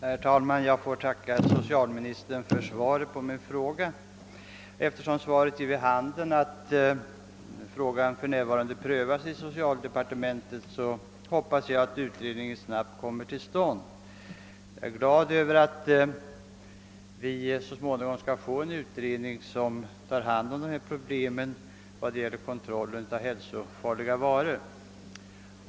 Herr talman! Jag tackar socialministern för svaret på min fråga. Jag finner av svaret att den fråga jag ställt för närvarande prövas i socialdepartementet, och jag hoppas då bara att utredningen snabbt kommer till stånd. Jag är glad över att vi så småningom får en utredning som tar hand om dessa problem när det gäller kontrollen av hälsofarliga varor.